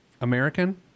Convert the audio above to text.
American